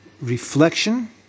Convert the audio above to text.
reflection